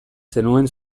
zenuen